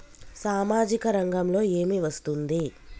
సామాజిక రంగంలో ఏమి వస్తుంది?